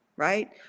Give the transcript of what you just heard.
Right